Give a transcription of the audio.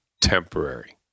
temporary